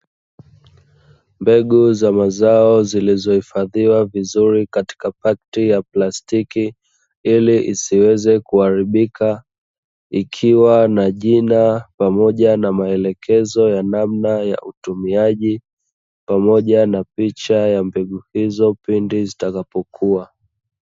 Mbegu za mazao zilizohifadhiwa vizuri katika pakiti ya plastiki ili isiweze kuharibika, ikiwa na jina pamoja na maelekezo ya namna ya utumiaji pamoja na picha ya mbegu hizo pindi zitakapokua.